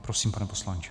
Prosím, pane poslanče.